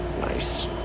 Nice